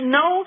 no